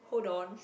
hold on